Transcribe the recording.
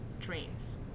trains